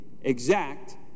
exact